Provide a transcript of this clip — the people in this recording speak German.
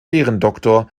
ehrendoktor